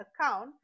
account